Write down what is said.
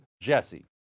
Jesse